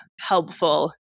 helpful